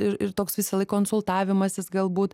ir ir toks visąlaik konsultavimasis galbūt